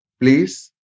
Please